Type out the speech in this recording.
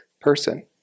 person